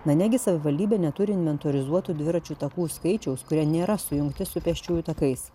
na negi savivaldybė neturi inventorizuotų dviračių takų skaičiaus kurie nėra sujungti su pėsčiųjų takais